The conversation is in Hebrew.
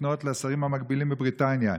לשרים המקבילים בבריטניה.